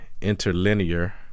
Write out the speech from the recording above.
interlinear